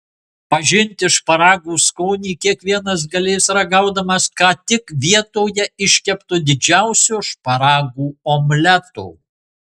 pažinti šparagų skonį kiekvienas galės ragaudamas ką tik vietoje iškepto didžiausio šparagų omleto